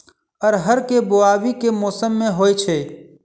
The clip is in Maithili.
अरहर केँ बोवायी केँ मौसम मे होइ छैय?